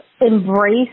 embrace